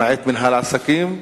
למעט מינהל עסקים,